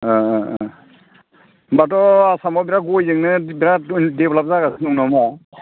ओ ओ ओ होनबाथ' आसामाव बिराद गयजोंनो बेराद डेभल'प जागासिनो दङ ना